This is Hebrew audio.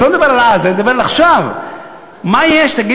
אני לא מדבר על אז, אני מדבר על עכשיו.